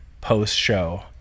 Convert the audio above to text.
post-show